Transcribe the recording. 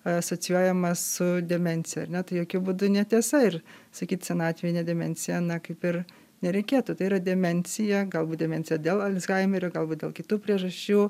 asocijuojama su demencija ar ne tai jokiu būdu netiesa ir sakyt senatvinė demencija na kaip ir nereikėtų tai yra demencija galbūt demencija dėl alzheimerio galbūt dėl kitų priežasčių